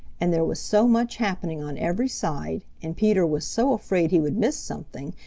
and there was so much happening on every side, and peter was so afraid he would miss something,